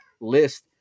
list